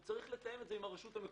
הוא צריך לתאם את זה עם הרשות המקומית.